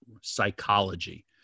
Psychology